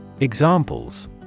Examples